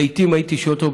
לעיתים הייתי שואל אותו,